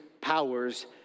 powers